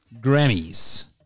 grammys